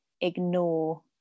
ignore